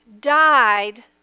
died